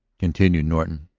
continued norton,